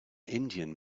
indian